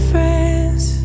Friends